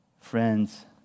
Friends